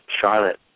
Charlotte